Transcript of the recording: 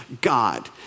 God